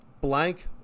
Blank